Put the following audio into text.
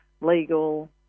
legal